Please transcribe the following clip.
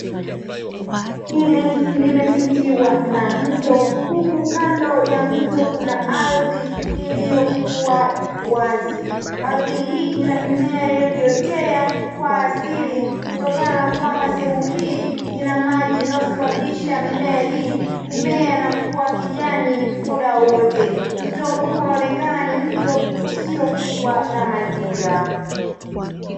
Eneo hili limepitiwa na mto huku kando ya mito kuna ardhi iliyokuwa wazi. Ardhi hii ina mimea iliyojiotea kwa asili kutokana na kwamba sehemu hii inamaji inayosababisha mimea hii kumea na kuwa kijani muda wote. Mto huu unaoneka ni mto usiokuwa na majira.